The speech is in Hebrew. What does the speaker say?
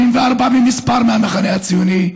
24 במספר מהמחנה הציוני,